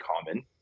common